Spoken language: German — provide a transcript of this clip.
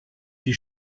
die